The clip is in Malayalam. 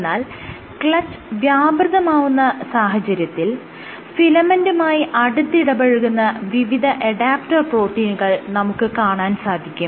എന്നാൽ ക്ലച്ച് വ്യാപൃതമാവുന്ന സാഹചര്യത്തിൽ ഫിലമെന്റുമായി അടുത്തിടപഴകുന്ന വിവിധ അഡാപ്റ്റർ പ്രോട്ടീനുകൾ നമുക്ക് കാണാൻ സാധിക്കും